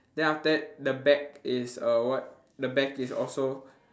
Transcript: then after that the back is err what the back is also